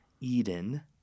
Eden—